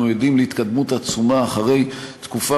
אנחנו עדים להתקדמות עצומה אחרי תקופה